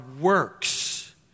works